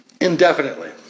indefinitely